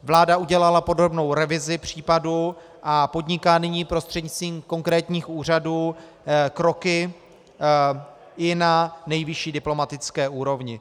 Vláda udělala podrobnou revizi případu a podniká nyní prostřednictvím konkrétních úřadů kroky i na nejvyšší diplomatické úrovni.